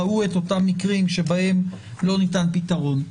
ראו את אותם מקרים שבהם לא ניתן פתרון.